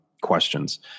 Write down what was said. questions